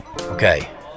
Okay